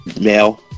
Mel